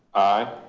aye.